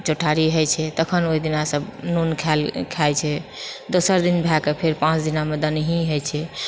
चौठारि होइत छै तखन ओहि दिना सभ नून खाएल खाइत छै दोसर दिन भए कऽ फेर पाँच दिनमे दहनहि होइत छै